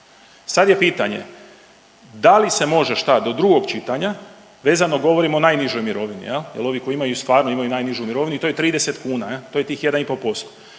Sad je pitanje da li se može šta do drugog čitanja, vezano govorim o najnižoj mirovini jel, jel ovi koji imaju, stvarno imaju najnižu mirovinu i to je 30 kuna jel, to je tih 1,5%,